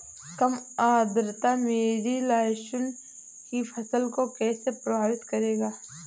कम आर्द्रता मेरी लहसुन की फसल को कैसे प्रभावित करेगा?